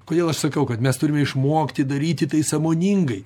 kodėl aš sakau kad mes turime išmokti daryti tai sąmoningai